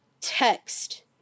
text